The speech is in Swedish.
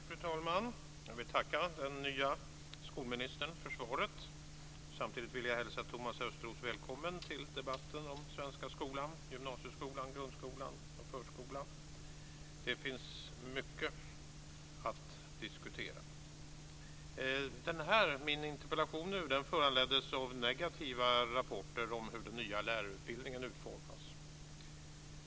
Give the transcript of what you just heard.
Fru talman! Jag vill tacka den nye skolministern för svaret. Samtidigt vill jag hälsa Thomas Östros välkommen till debatten om svenska skolan, gymnasieskolan, grundskolan och förskolan. Det finns mycket att diskutera. Min interpellation föranleddes av negativa rapporter om hur den nya lärarutbildningen utformas.